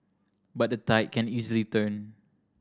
but the tide can easily turn